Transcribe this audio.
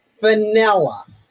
vanilla